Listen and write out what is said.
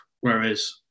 whereas